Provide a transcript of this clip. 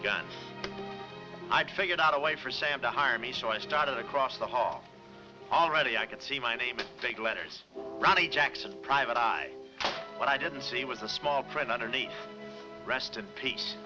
gun i'd figured out a way for sam to hire me so i started across the hall already i could see my name in big letters ronnie jackson private eye but i didn't see was the small print underneath rest in peace